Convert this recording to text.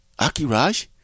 Akiraj